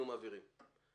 מעבירים.